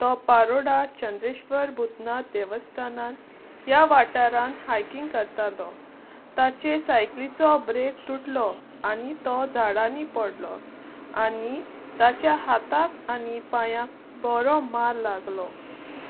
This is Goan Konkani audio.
तो पारोडा चंद्रेश्वर भुतनाथ देवस्थानांत ह्या वाठारान हायकींग करतालो ताचे सायकलीचो ब्रेक तुटलो आनी तो झाडांनी पडलो आनी ताच्या हाताक आनी पांयांक बरो मार लागलो